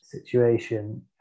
situation